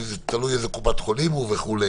כי תלוי באיזה קופת חולים הוא וכו'.